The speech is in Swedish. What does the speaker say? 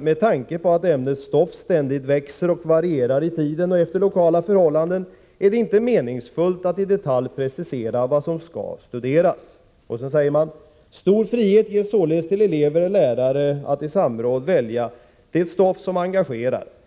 ”Med tanke på att ämnets stoff ständigt växer och varierar i tiden och efter lokala förhållanden är det inte meningsfullt att i detalj precisera vad som skall studeras.” Vidare säger man: ”Stor frihet ges således för elever och lärare att i samråd välja det stoff som engagerar.